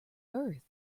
earth